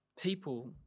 people